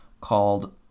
called